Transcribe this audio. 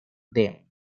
them